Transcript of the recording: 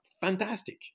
fantastic